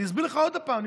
אני אסביר לך עוד פעם.